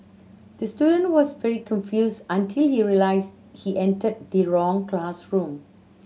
the student was very confused until he realised he entered the wrong classroom